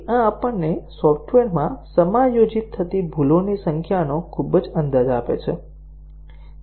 આ આપણને સોફ્ટવેરમાં સમાયોજિત થતી ભૂલોની સંખ્યાનો ખૂબ જ અંદાજ આપે છે